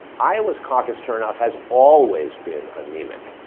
iowa's caucus turnout has always been anemic.